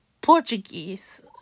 Portuguese